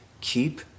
keep